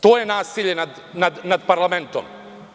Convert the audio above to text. To je nasilje nad parlamentom.